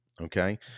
okay